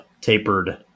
tapered